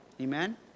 Amen